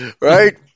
right